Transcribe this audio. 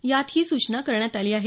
यात ही सूचना करण्यात आली आहे